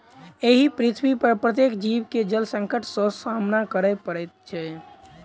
एहि पृथ्वीपर प्रत्येक जीव के जल संकट सॅ सामना करय पड़ैत छै